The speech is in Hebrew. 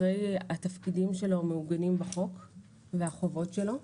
התפקידים של הנציג האחראי מעוגנים בחוק והחובות שלו.